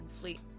fleet